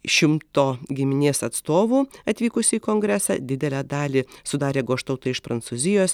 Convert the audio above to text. šimto giminės atstovų atvykusių į kongresą didelę dalį sudarė goštautai iš prancūzijos